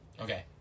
Okay